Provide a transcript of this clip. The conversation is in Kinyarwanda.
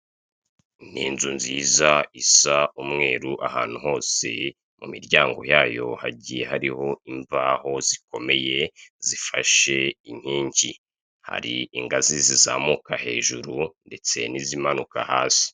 Inzu nziza isa umweru ahantu hose mu miryango yayo hagiye hariho imvaho zikomeye zifashe inkingi, hari ingazi zizamuka hejuru ndetse n'izimanuka hasi.